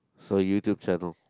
for you to travel